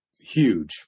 huge